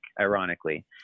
ironically